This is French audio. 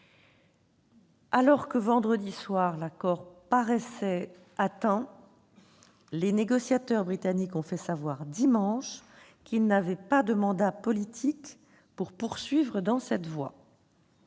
Alors que, vendredi soir, l'accord paraissait atteint, dimanche, les négociateurs britanniques ont fait savoir qu'ils n'avaient pas de mandat politique pour poursuivre dans cette voie.